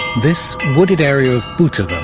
this wooded area of butovo,